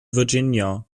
virginia